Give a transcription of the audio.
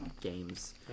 games